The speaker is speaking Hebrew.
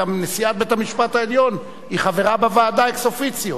גם אם נשיאת בית-המשפט העליון היא חברה בוועדה אקס אופיציו,